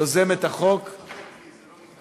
יוזמת החוק תרשום אותי לפרוטוקול,